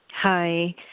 Hi